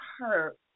hurt